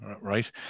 Right